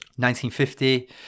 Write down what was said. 1950